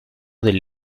del